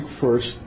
first